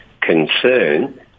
concern